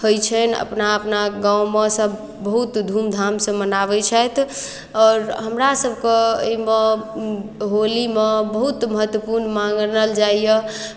होइ छनि अपना अपना गाँवमे सभ बहुत धूमधामसँ मनाबै छथि आओर हमरासभके एहिमे होलीमे बहुत महत्वपूर्ण मानल जाइए